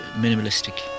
minimalistic